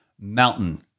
mountain